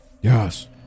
Yes